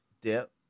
dip